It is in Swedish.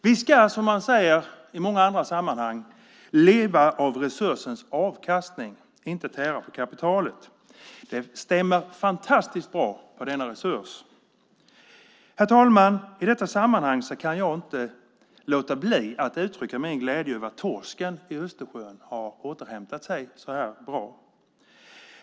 Vi ska, som man säger i många andra sammanhang, leva av resursens avkastning och inte tära på kapitalet. Det stämmer fantastiskt bra på denna resurs. Herr talman! I detta sammanhang kan jag inte låta bli att uttrycka min glädje över att torsken i Östersjön har återhämtat sig så bra.